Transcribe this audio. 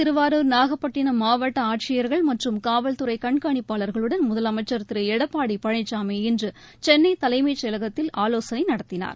திருவாரூர் நாகப்பட்டினம் மாவட்ட ஆட்சியர்கள் மற்றும் காவல்துறை தஞ்சை கண்காணிப்பாளர்களுடன் முதலமைச்சர் திரு எடப்பாடி பழனிசாமி இன்று சென்னை தலைமைச் செயலகத்தில் இன்று ஆலோசனை நடத்தினார்